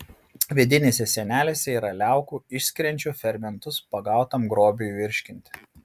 vidinėse sienelėse yra liaukų išskiriančių fermentus pagautam grobiui virškinti